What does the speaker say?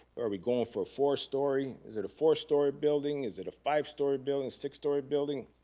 are we going for four story? is it a four story building? is it five story building? six story building?